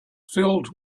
filled